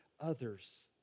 others